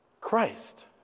Christ